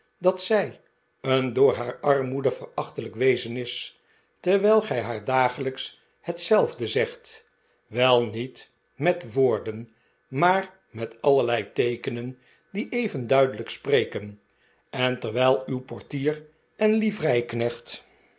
dat zij een door haar armoede verachtelijk wezen is terwijl gij haar dagelijks hetzelfde zegt wel niet met woorden maar met allerlei teekenen die even duidelijk spreken en terwijl uw portier en